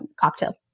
cocktail